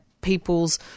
people's